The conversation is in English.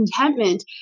contentment